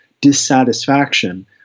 dissatisfaction